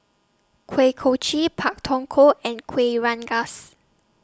Kuih Kochi Pak Thong Ko and Kueh Rengas